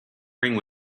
bring